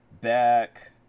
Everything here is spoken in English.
back